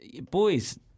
Boys